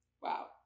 wow